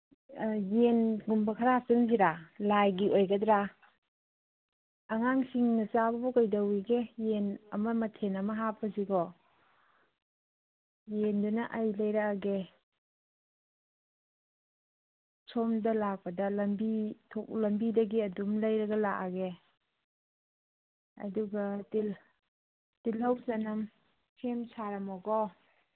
ꯌꯦꯟꯒꯨꯝꯕ ꯈꯔ ꯍꯥꯞꯆꯤꯟꯁꯤꯔꯥ ꯂꯥꯏꯒꯤ ꯑꯣꯏꯒꯗ꯭ꯔꯥ ꯑꯉꯥꯡꯁꯤꯡꯅ ꯆꯥꯕꯨ ꯀꯩꯗꯧꯋꯤꯒꯦ ꯌꯦꯟ ꯑꯃ ꯃꯊꯦꯟ ꯑꯃ ꯍꯥꯞꯄꯁꯤꯀꯣ ꯌꯦꯟꯗꯨꯅ ꯑꯩ ꯂꯩꯔꯛꯑꯒꯦ ꯁꯣꯝꯗ ꯂꯥꯛꯄꯗ ꯂꯝꯕꯤꯗꯒꯤ ꯑꯗꯨꯝ ꯂꯩꯔꯒ ꯂꯥꯛꯑꯒꯦ ꯑꯗꯨꯒ ꯇꯤꯜꯍꯧ ꯆꯅꯝ ꯁꯦꯝ ꯁꯥꯔꯝꯃꯣꯀꯣ